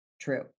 true